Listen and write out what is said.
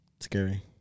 scary